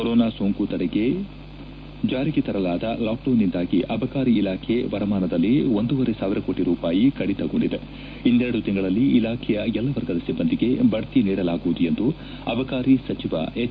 corona ಸೋಂಕು ತಡೆ ಜಾರಿಗೆ ತರಲಾದ ಲಾಕ್ಡೌನ್ನಿಂದಾಗಿ ಅಬಕಾರಿ ಇಲಾಖೆ ವರಮಾನದಲ್ಲಿ ಒಂದೂವರೆ ಸಾವಿರ ಕೋಟಿ ರೂಪಾಯಿ ಕಡಿತಗೊಂಡಿದೆ ಇನ್ನೆರಡು ತಿಂಗಳಲ್ಲಿ ಇಲಾಖೆಯ ಎಲ್ಲ ವರ್ಗದ ಸಿಬ್ಬಂದಿಗೆ ಬಡ್ತಿ ನೀಡಲಾಗುವುದು ಎಂದು ಅಬಕಾರಿ ಸಚಿವ ಎಚ್